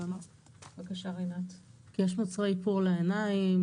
כי יש מוצרי איפור לעיניים,